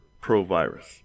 pro-virus